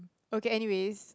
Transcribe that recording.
okay anyways